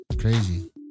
Crazy